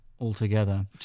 altogether